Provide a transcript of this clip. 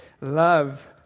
Love